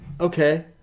okay